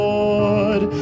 Lord